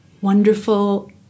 wonderful